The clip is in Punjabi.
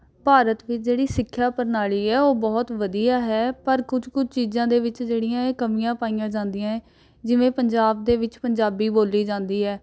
ਭਾਰਤ ਦੀ ਜਿਹੜੀ ਸਿੱਖਿਆ ਪ੍ਰਣਾਲੀ ਹੈ ਉਹ ਬਹੁਤ ਵਧੀਆ ਹੈ ਪਰ ਕੁਛ ਕੁਛ ਚੀਜ਼ਾਂ ਦੇ ਵਿੱਚ ਜਿਹੜੀਆਂ ਹੈ ਕਮੀਆਂ ਪਾਈਆਂ ਜਾਂਦੀਆਂ ਹੈ ਜਿਵੇਂ ਪੰਜਾਬ ਦੇ ਵਿੱਚ ਪੰਜਾਬੀ ਬੋਲੀ ਜਾਂਦੀ ਹੈ